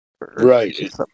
right